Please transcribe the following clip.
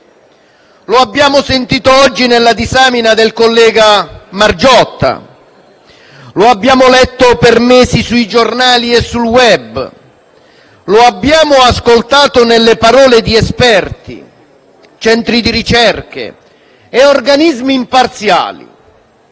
Lo abbiamo sentito oggi nella disamina del collega Margiotta; lo abbiamo letto per mesi sui giornali e sul *web*; lo abbiamo ascoltato nelle parole di esperti, centri di ricerca e organismi imparziali.